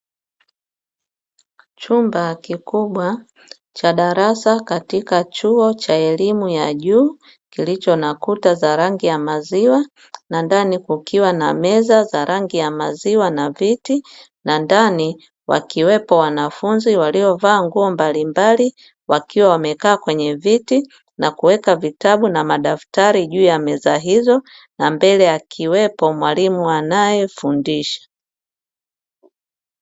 Chumba kikubwa cha darasa katika chuo cha elimu ya juu kilicho na kuta za rangi ya maziwa na ndani kukiwa na meza za rangi ya maziwa na viti na ndani wakiwepo wanafunzi waliovaa nguo mbalimbali, wakiwa wamekaa kwenye viti na kuweka vitabu na madaftali juu ya meza hizo na mbele akiwepo mwalimu anaefundisha.